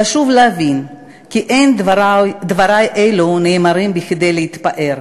חשוב להבין כי אין דברי אלו נאמרים כדי להתפאר,